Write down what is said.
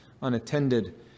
unattended